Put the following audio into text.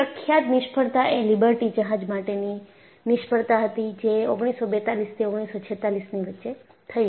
બીજી પ્રખ્યાત નિષ્ફળતા એ લિબર્ટી જહાજ માટેની નિષ્ફળતા હતી જે 1942 થી 1946 ની વચ્ચેની થઈ હતી